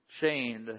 chained